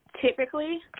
typically